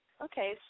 Okay